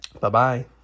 Bye-bye